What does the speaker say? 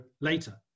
later